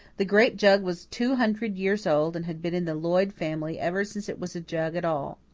the grape jug was two hundred years old and had been in the lloyd family ever since it was a jug at all.